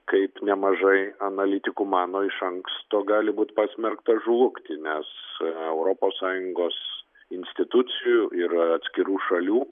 kaip nemažai analitikų mano iš anksto gali būt pasmerktas žlugti nes europos sąjungos institucijų ir atskirų šalių